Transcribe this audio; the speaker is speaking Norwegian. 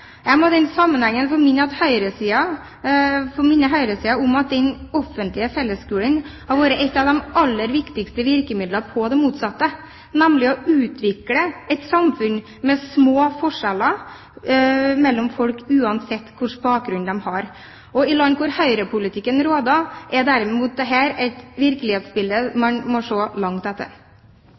Jeg må i den sammenheng få minne høyresiden om at den offentlige fellesskolen har vært et av de aller viktigste virkemidlene på det motsatte, nemlig å utvikle et samfunn med små forskjeller mellom folk, uansett hva slags bakgrunn de har. I land hvor høyrepolitikken råder, er derimot dette et virkelighetsbilde man må se langt etter.